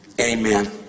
Amen